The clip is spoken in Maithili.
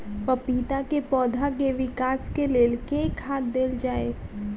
पपीता केँ पौधा केँ विकास केँ लेल केँ खाद देल जाए?